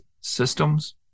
systems